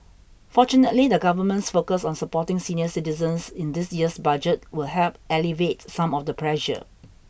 fortunately the government's focus on supporting senior citizens in this year's budget will help alleviate some of the pressure